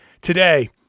Today